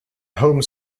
home